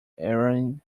heroine